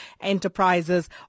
enterprises